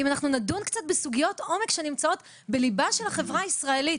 אם נדון קצת בסוגיות עומק שנמצאות בליבה של החברה הישראלית.